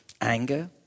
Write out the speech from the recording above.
Anger